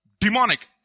Demonic